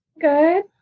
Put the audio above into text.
Good